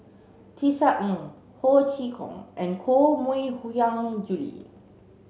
Tisa Ng Ho Chee Kong and Koh Mui Hiang Julie